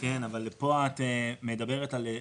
אז תביאו